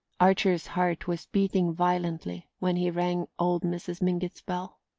archer's heart was beating violently when he rang old mrs. mingott's bell.